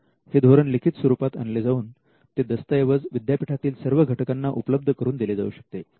हे धोरण लिखित स्वरूपात आणले जाऊन ते दस्तऐवज विद्यापीठातील सर्व घटकांना उपलब्ध करून दिले जाऊ शकते